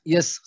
Yes